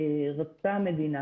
רצתה המדינה,